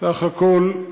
בסך הכול,